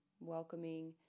Welcoming